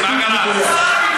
ציטוט מדויק,